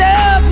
up